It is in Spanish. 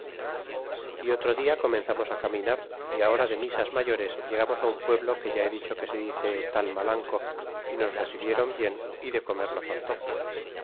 é otro dia comenzamos caminar é hora de misas mayores llegamos un pueblo que ya he dicho que se dice talmalanco y nos recibieron bien de comer no faltó